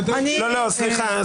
סליחה.